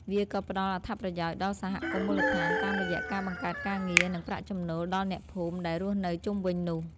វាក៏ផ្ដល់អត្ថប្រយោជន៍ដល់សហគមន៍មូលដ្ឋាន តាមរយៈការបង្កើតការងារ និងប្រាក់ចំណូលដល់អ្នកភូមិដែលរស់នៅជុំវិញនោះ។